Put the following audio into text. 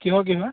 কিহৰ কিহৰ